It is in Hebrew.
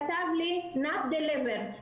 כתב לי Not delivered,